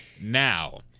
Now